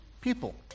people